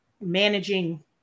managing